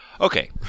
okay